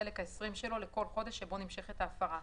החלק חוזרת העשרים שלו לכל חודש שבו נמשכה ההפרה.